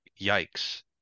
yikes